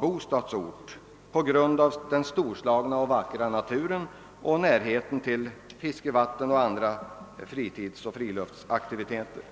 bostadsort på grund av den storslagna och vackra naturen och närheten till fiskevatten och andra fritidsoch friluftsaktiviteter.